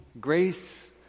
grace